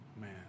Man